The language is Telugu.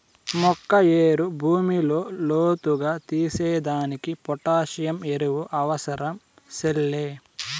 మొక్క ఏరు భూమిలో లోతుగా తీసేదానికి పొటాసియం ఎరువు అవసరం సెల్లే